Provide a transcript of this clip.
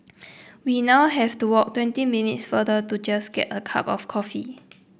we now have to walk twenty minutes farther to just get a cup of coffee